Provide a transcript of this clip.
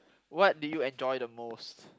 what do you enjoy the most